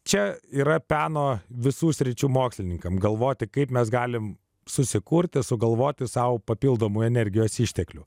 čia yra peno visų sričių mokslininkams galvoti kaip mes galime susikurti sugalvoti sau papildomų energijos išteklių